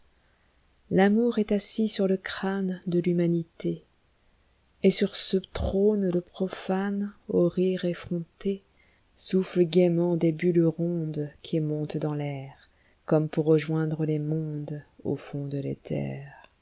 l'amour est assis sur le crâne de l'humaniléet sur ce trône le profane au rire effronté souffle gaîment des bulles rondesqui montent dans pair comme pour rejoindre les mondesau fond de l'éther